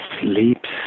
sleeps